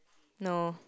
no